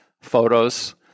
photos